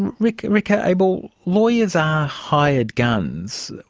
and rick rick ah abel lawyers are hired guns.